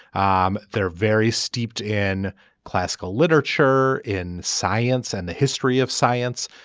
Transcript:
um they're very steeped in classical literature in science and the history of science.